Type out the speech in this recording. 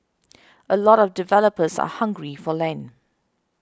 a lot of developers are hungry for land